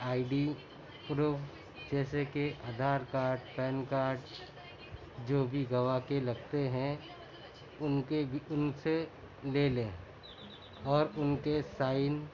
آئی D proof جیسے کہ Aadhaar card PAN card جو بھی گواہ کے لگتے ہیں ان کے بھی ان سے لے لیں اور ان کے سائن